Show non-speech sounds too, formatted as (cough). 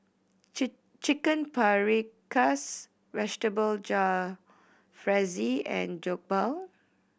(unintelligible) Chicken Paprikas Vegetable Jalfrezi and Jokbal